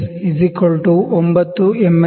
S 9 divisions of Main Scale M